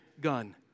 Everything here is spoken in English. gun